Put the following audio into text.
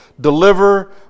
deliver